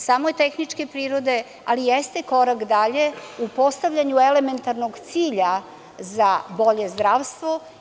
Samo je tehničke prirode, ali jeste korak dalje u postavljanju elementarnog cilja za bolje zdravstvo.